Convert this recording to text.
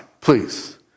please